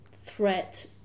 threat